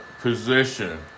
position